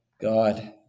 God